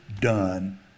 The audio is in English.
done